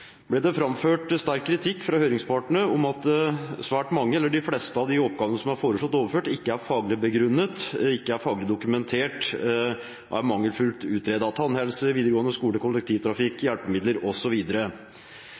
ble det framført sterk kritikk fra høringspartene om at de fleste av de oppgavene som er foreslått overført, ikke er faglig begrunnet, ikke er faglig dokumentert, er mangelfullt utredet – tannhelse, videregående skole, kollektivtrafikk, hjelpemidler